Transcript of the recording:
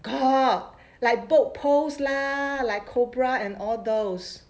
got like boat pose lah like cobra and all those